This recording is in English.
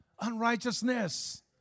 unrighteousness